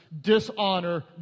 dishonor